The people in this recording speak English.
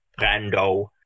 Brando